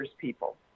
people